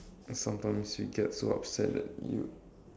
sometimes you get so upset that you